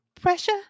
pressure